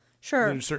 Sure